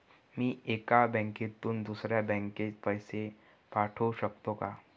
मी एका बँकेतून दुसऱ्या बँकेत पैसे पाठवू शकतो का?